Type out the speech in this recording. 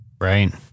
Right